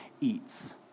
eats